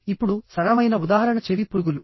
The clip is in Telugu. ఇప్పుడు సరళమైన ఉదాహరణ చెవి పురుగులు